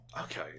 Okay